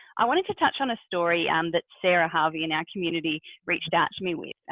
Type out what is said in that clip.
i wanted to touch on a story um that sarah harvey in our community reached out to me with,